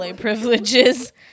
privileges